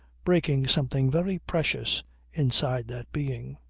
breaking something very precious inside that being.